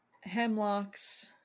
hemlocks